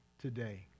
today